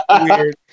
Weird